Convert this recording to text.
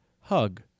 hug